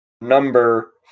Number